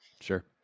Sure